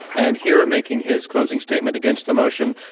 and here making his closing statement against the motion,